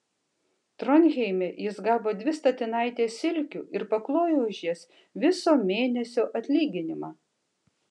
tronheime jis gavo dvi statinaites silkių ir paklojo už jas viso mėnesio atlyginimą